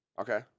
Okay